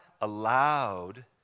allowed